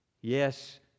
yes